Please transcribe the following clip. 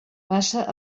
passa